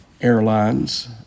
airlines